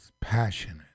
passionate